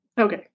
okay